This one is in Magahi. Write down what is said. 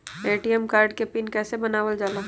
ए.टी.एम कार्ड के पिन कैसे बनावल जाला?